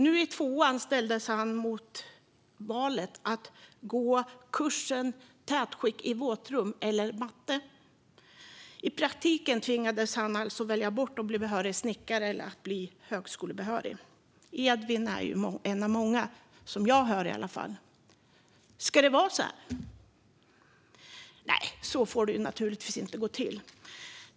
Nu i tvåan ställdes han inför valet mellan att läsa kursen tätskikt i våtrum eller att läsa mattekursen. I praktiken tvingades han alltså att välja mellan att bli behörig snickare eller att bli högskolebehörig. Edvin är en av många, som jag hör i alla fall. Ska det vara så här? Nej, så får det naturligtvis inte gå till.